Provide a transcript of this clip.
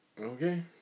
Okay